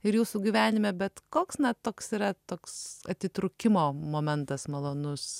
ir jūsų gyvenime bet koks na toks yra toks atitrūkimo momentas malonus